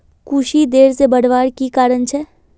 कुशी देर से बढ़वार की कारण छे?